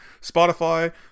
Spotify